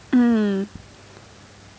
mm